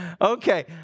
Okay